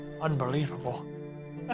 Unbelievable